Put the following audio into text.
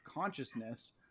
consciousness